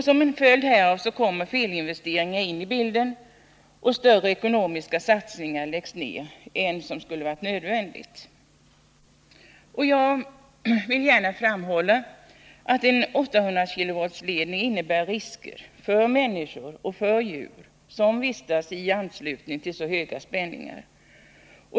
Som en följd härav kommer felinvesteringar in i bilden, och större ekonomiska satsningar görs än vad som skulle ha varit nödvändigt. Jag vill gärna framhålla, att en 800 kV-ledning innebär risker för människor och djur som vistas i anslutning till så höga spänningar.